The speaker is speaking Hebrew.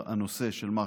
הנושא של מח"ש,